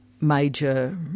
major